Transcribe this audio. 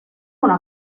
una